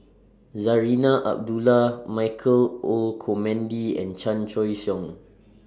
Zarinah Abdullah Michael Olcomendy and Chan Choy Siong